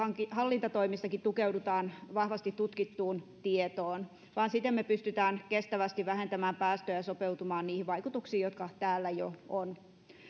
hallintatoimissakin tukeudutaan vahvasti tutkittuun tietoon vain siten me pystymme kestävästi vähentämään päästöjä ja sopeutumaan niihin vaikutuksiin jotka täällä jo ovat